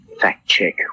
fact-check